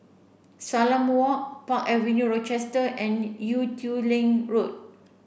Salam Walk Park Avenue Rochester and Ee Teow Leng Road